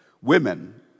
women